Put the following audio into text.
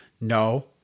No